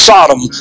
Sodom